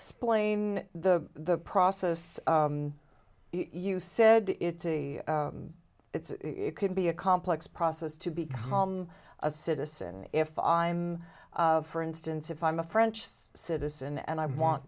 explain the process you said it's a it's it can be a complex process to become a citizen if i'm for instance if i'm a french citizen and i want